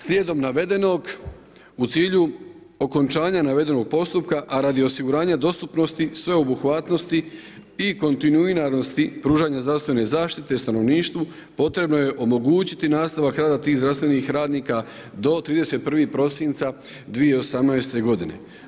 Slijedom navedenog u cilju okončanja navedenog postupka a radi osiguranja dostupnosti, sveobuhvatnosti i kontinuiranosti pružanja zdravstvene zaštite stanovništvu potrebno je omogućiti nastavak rada tih zdravstvenih radnika do 31. prosinca 2018. godine.